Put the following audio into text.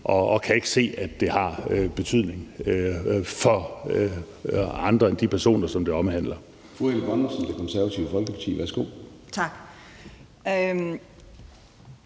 vi kan ikke se, at det har betydning for andre end de personer, som det omhandler.